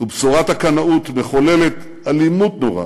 ובשורת הקנאות מחוללת אלימות נוראה,